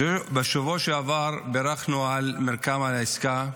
בשבוע שעבר בירכנו על מרקם העסקה,